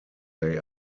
they